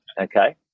Okay